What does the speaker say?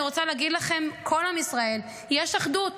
אני רוצה להגיד לכם, כל עם ישראל יש אחדות.